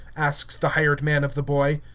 asks the hired man of the boy.